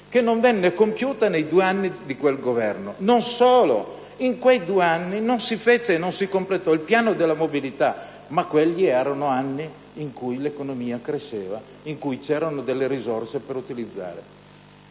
che non venne compiuta nei due anni di quel Governo. Non solo, in quei due anni non si completò il piano della mobilità. Ma quelli erano anni in cui l'economia cresceva, in cui c'erano risorse da utilizzare.